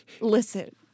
listen